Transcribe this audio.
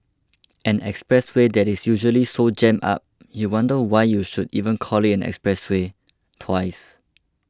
an expressway that is usually so jammed up you wonder why you should even call it an expressway twice